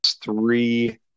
three